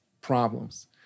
problems